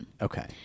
Okay